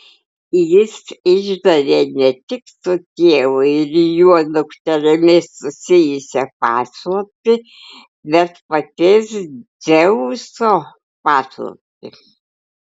jis išdavė ne tik su tėvu ir jo dukterimi susijusią paslaptį bet paties dzeuso paslaptį